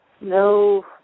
No